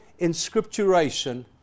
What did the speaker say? inscripturation